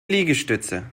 liegestütze